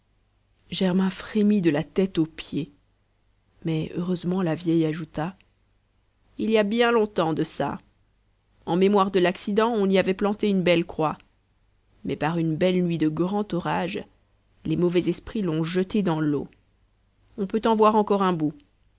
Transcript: germain frémit de la tête aux pieds mais heureusement la vieille ajouta il y a bien longtemps de ça en mémoire de l'accident on y avait planté une belle croix mais par une belle nuit de grand orage les mauvais esprits l'ont jetée dans l'eau on peut en voir encore un bout